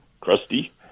crusty